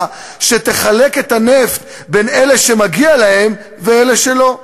שתחלק את הנפט בין אלה שמגיע להם ובין אלה שלא.